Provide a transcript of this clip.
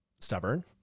stubborn